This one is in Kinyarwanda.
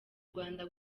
rwanda